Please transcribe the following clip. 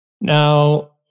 Now